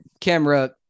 camera